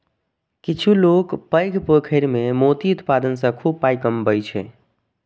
किछु लोक पैघ पोखरि मे मोती उत्पादन सं खूब पाइ कमबै छै